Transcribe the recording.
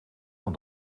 van